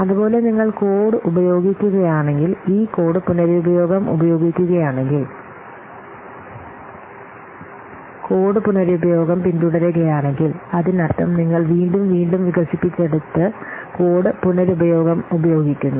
അതുപോലെ നിങ്ങൾ കോഡ് ഉപയോഗിക്കുകയാണെങ്കിൽ ഈ കോഡ് പുനരുപയോഗം ഉപയോഗിക്കുകയാണെങ്കിൽ കോഡ് പുനരുപയോഗം പിന്തുടരുകയാണെങ്കിൽ അതിനർത്ഥം നിങ്ങൾ വീണ്ടും വീണ്ടും വികസിപ്പിച്ചെടുത്ത് കോഡ് പുനരുപയോഗം ഉപയോഗിക്കുന്നു